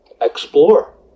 explore